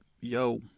Yo